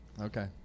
Okay